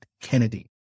Kennedy